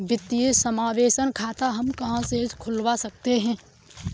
वित्तीय समावेशन खाता हम कहां से खुलवा सकते हैं?